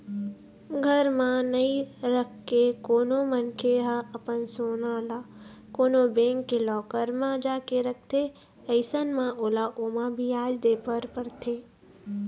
घर म नइ रखके कोनो मनखे ह अपन सोना ल कोनो बेंक के लॉकर म जाके रखथे अइसन म ओला ओमा बियाज दे बर परथे